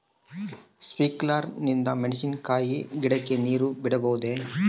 Sprinkler ನಿಂದ ಮೆಣಸಿನಕಾಯಿ ಗಿಡಕ್ಕೆ ನೇರು ಬಿಡಬಹುದೆ?